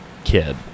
Kid